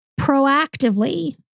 proactively